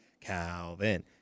Calvin